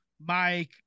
Mike